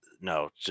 no